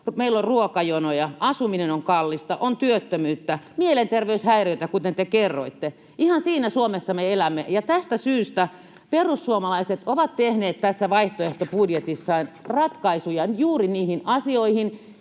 meillä on ruokajonoja, asuminen on kallista, on työttömyyttä, mielenterveyshäiriöitä, kuten te kerroitte. Ihan siinä Suomessa me elämme. Ja tästä syystä perussuomalaiset ovat tehneet vaihtoehtobudjetissaan ratkaisuja juuri niihin asioihin